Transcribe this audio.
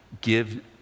give